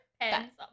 pencil